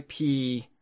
IP